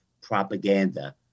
propaganda